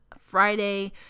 Friday